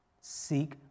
Seek